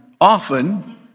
often